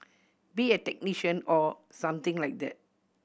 be a technician or something like that